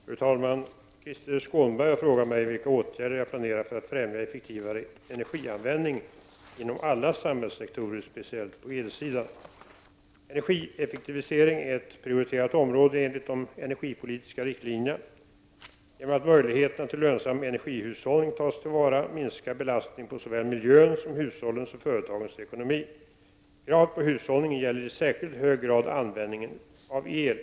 Fru talman! Krister Skånberg har frågat mig vilka åtgärder jag planerar för att främja effektivare energianvändning inom alla samhällssektorer, speciellt på elsidan. Energieffektivisering är ett prioriterat område enligt de energipolitiska riktlinjerna. Genom att möjligheterna till lönsam energihushållning tas till vara minskar belastningen på såväl miljön som hushållens och företagens ekonomi. Kravet på hushållning gäller i särskilt hög grad användningen av el.